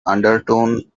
undertone